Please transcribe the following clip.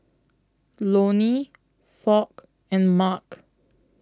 Lonny Foch and Mark